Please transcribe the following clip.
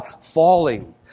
falling